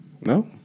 No